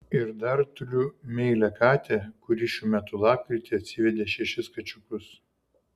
ir dar turiu meilią katę kuri šių metų lapkritį atsivedė šešis kačiukus